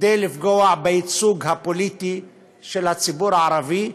כדי לפגוע בייצוג הפוליטי של הציבור הערבי.